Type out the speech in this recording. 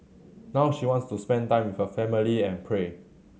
now she wants to spend time with her family and pray